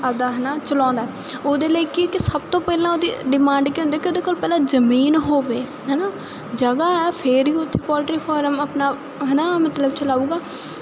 ਆਪਦਾ ਹੈਨਾ ਚਲਾਉਂਦਾ ਉਹਦੇ ਲਈ ਕੀ ਸਭ ਤੋਂ ਪਹਿਲਾਂ ਉਹਦੀ ਡਿਮਾਂਡ ਕੀ ਹੁੰਦੀ ਕਿ ਉਹਦੇ ਕੋਲ ਪਹਿਲਾਂ ਜਮੀਨ ਹੋਵੇ ਹਨਾ ਜਗ੍ਹਾ ਫਿਰ ਹੀ ਉਥੇ ਪੋਲਟਰੀ ਫਾਰਮ ਆਪਣਾ ਹਨਾ ਮਤਲਬ ਚਲਾਊਗਾ ਤੇ